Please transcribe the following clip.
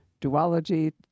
duology